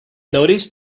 notice